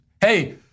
hey